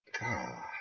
god